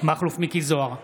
מכלוף מיקי זוהר,